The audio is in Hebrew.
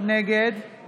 נגד